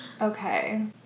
Okay